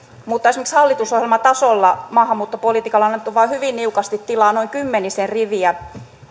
mutta esimerkiksi hallitusohjelmatasolla maahanmuuttopolitiikalle on annettu vain hyvin niukasti tilaa noin kymmenisen riviä